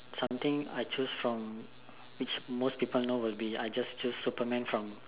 something I choose from which most people know will be I just choose Superman from